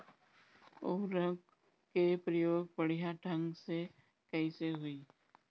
उर्वरक क प्रयोग बढ़िया ढंग से कईसे होई?